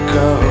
go